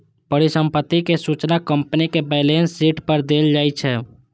परिसंपत्तिक सूचना कंपनीक बैलेंस शीट पर देल जाइ छै